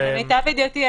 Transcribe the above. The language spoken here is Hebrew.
למיטב ידיעתי,